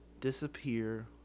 Disappear